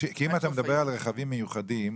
כי אם אתה מדבר על רכבים מיוחדים,